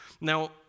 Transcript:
Now